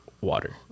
water